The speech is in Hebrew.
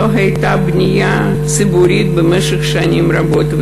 לא הייתה בנייה ציבורית במשך שנים רבות.